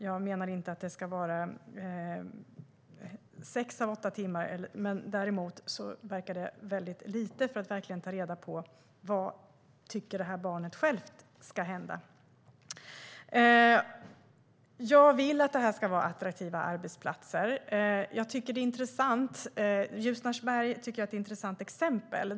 Jag menar inte att det ska vara sex av åtta timmar, men det verkar väldigt lite för att verkligen ta reda på vad barnet självt tycker ska hända. Jag vill att det här ska vara attraktiva arbetsplatser. Ljusnarsberg är ett intressant exempel.